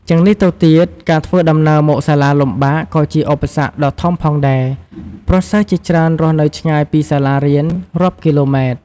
ជាងនេះទៅទៀត ការធ្វើដំណើរមកសាលាលំបាក ក៏ជាឧបសគ្គដ៏ធំផងដែរ ព្រោះសិស្សជាច្រើនរស់នៅឆ្ងាយពីសាលារៀនរាប់គីឡូម៉ែត្រ។